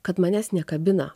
kad manęs nekabina